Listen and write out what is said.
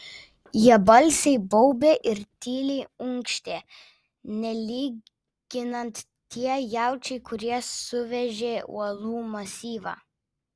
jie balsiai baubė ir tyliai unkštė nelyginant tie jaučiai kurie suvežė uolų masyvą